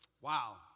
Wow